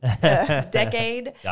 decade